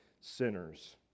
sinners